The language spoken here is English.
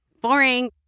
boring